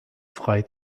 frei